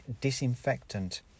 disinfectant